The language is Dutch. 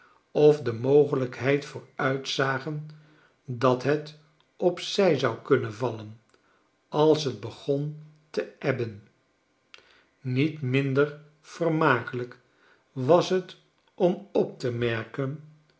of de mogelijkheid vooruitzagen dat het op zij zou kunnen vallen als t begon te ebben niet minder vermakelijk was om op te merken